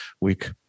week